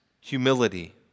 humility